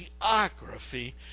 geography